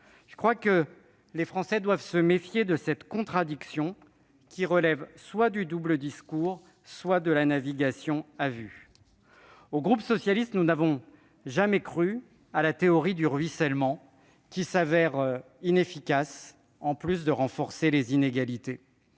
l'instant ! Les Français doivent se méfier de cette contradiction, qui relève soit du double discours soit de la navigation à vue. Le groupe socialiste n'a jamais cru à la théorie du ruissellement : en plus d'être inefficace, elle renforce les inégalités.